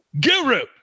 Guru